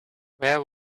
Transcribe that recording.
there